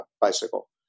bicycle